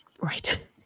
Right